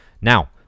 Now